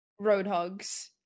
Roadhogs